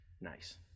nice